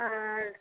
আর